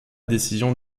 décision